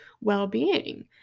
well-being